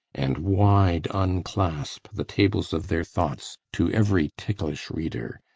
and wide unclasp the tables of their thoughts to every ticklish reader!